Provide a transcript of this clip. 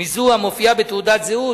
מזו המופיעה בתעודת הזהות,